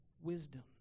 wisdom